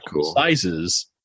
sizes